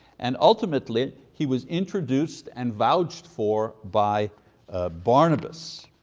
and ultimately, he was introduced and vouched for by barnabas.